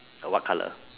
uh what colour